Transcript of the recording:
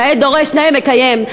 נאה דורש, נאה מקיים.